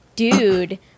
Dude